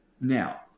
Now